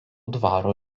dvaro